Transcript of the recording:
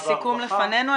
הסיכום לפנינו.